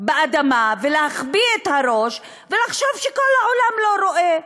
באדמה ולהחביא את הראש, ולחשוב שכל העולם לא רואה.